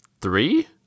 three